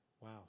Wow